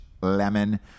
lemon